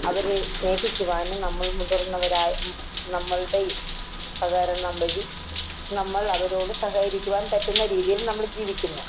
അവരെ സ്നേഹിക്കുവാനും നമ്മൾ മുതിർന്നവരായി നമ്മളുടെ സഹകരണം വഴി നമ്മൾ അവരോട് സഹകരിക്കുവാൻ പറ്റുന്ന രീതിയിൽ നമ്മൾ ജീവിക്കുന്നു